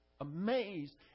amazed